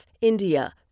India